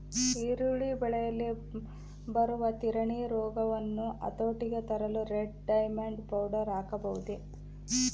ಈರುಳ್ಳಿ ಬೆಳೆಯಲ್ಲಿ ಬರುವ ತಿರಣಿ ರೋಗವನ್ನು ಹತೋಟಿಗೆ ತರಲು ರೆಡ್ ಡೈಮಂಡ್ ಪೌಡರ್ ಹಾಕಬಹುದೇ?